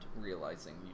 realizing